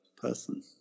person